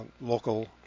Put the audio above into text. local